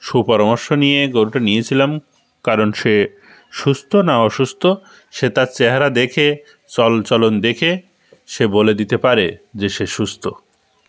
সুপরামর্শ নিয়ে গরুটা নিয়েছিলাম কারণ সে সুস্থ না অসুস্থ সে তার চেহারা দেখে চল চলন দেখে সে বলে দিতে পারে যে সে সুস্থ